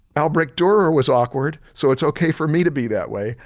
albrecht durer was awkward, so it's okay for me to be that way,